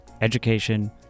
education